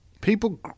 people